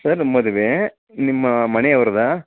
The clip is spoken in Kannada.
ಸರ್ ಮದುವೆ ನಿಮ್ಮ ಮನೆಯವ್ರದ್ದಾ